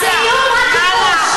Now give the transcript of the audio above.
תודה.